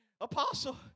apostle